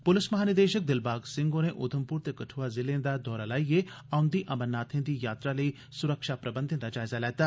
पुलस महानिदेशक दिलबाग सिंह होरें उधमपुर ते कठुआ जिलें दा दौरा लाइयै औंदी अमरनाथें दी यात्रा लेई सुरक्षा प्रबंधें दा जायजा लैता